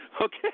Okay